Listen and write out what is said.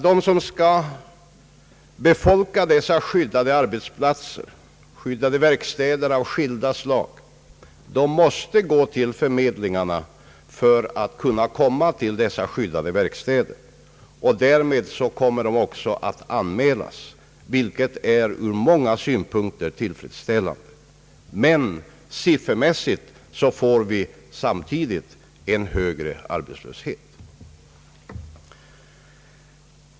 De som skall befolka dessa skyddade arbetsplatser i skyddade verkstäder av skilda slag måste gå till förmedlingarna, och därmed kommer de också att anmälas, vilket ur många synpunkter är tillfredsställande. Men siffermässigt får vi samtidigt en större arbetslöshet.